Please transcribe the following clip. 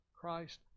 Christ